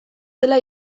zela